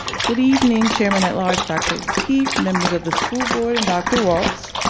good evening chairman at large dr. lateef, members of the school board and dr. walts.